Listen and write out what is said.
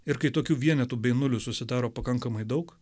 ir kai tokių vienetų bei nulių susidaro pakankamai daug